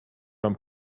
mam